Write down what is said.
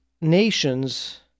nations